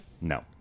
No